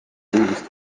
riigist